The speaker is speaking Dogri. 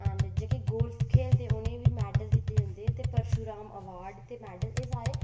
ते जेह्के गोल्फ खेढदे उ'नें ई बी मैडल दित्ते जंदे ते परशुराम अवार्ड ते मैडल एह् सारे